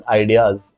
ideas